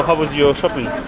was your shopping?